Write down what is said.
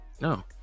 no